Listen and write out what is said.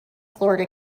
florida